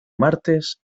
martes